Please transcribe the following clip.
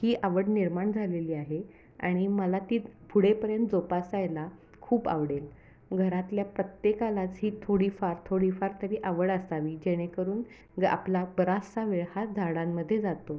ही आवड निर्माण झालेली आहे आणि मला ती पुढेपर्यंत जोपासायला खूप आवडेल घरातल्या प्रत्येकालाच ही थोडीफार थोडीफार तरी आवड असावी जेणेकरून ग आपला बराचसा वेळ हा झाडांमध्ये जातो